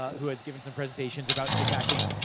who has given some presentations about chip hacking.